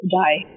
die